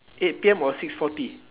eight P_M or six forty